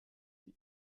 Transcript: die